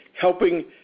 helping